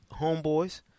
homeboys